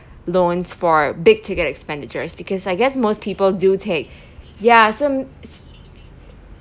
loans for big ticket expenditure is because I guess most people do take ya some